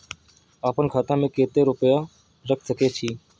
आपन खाता में केते रूपया रख सके छी?